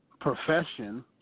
profession